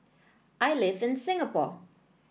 I live in Singapore